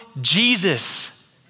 Jesus